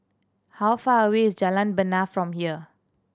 how far away is Jalan Bena from here